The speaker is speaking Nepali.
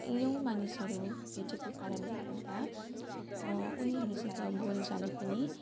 कैयौँ मानिसहरू भेटेको कारणले गर्दा उनीहरूसित बोलचाल पनि